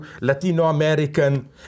Latino-American